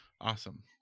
awesome